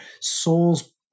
soul's